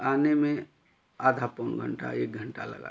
आने में आधा पौन घंटा एक घंटा लगा देगी